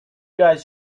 guys